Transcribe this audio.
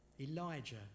Elijah